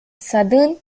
southern